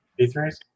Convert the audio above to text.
P3s